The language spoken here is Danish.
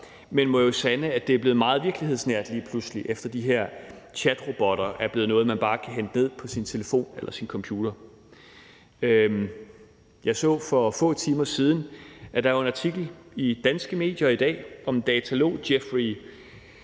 men må jo sande, at det lige pludselig er blevet meget virkelighedsnært, efter de her chatrobotter er blevet noget, man bare kan hente ned på sin telefon eller sin computer. Kl. 15:33 Jeg så for få timer siden, at der var en artikel i danske medier i dag om datalog Geoffrey Hinton,